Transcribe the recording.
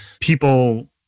people